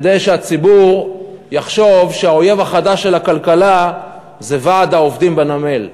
כדי שהציבור יחשוב שהאויב החדש של הכלכלה זה ועד העובדים בנמל.